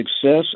success